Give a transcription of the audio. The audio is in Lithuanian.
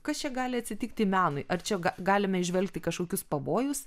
kas čia gali atsitikti menui ar čia ga galime įžvelgti kažkokius pavojus